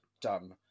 done